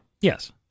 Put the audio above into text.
Yes